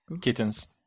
kittens